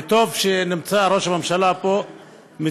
וטוב שנמצא ראש הממשלה פה,